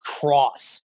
cross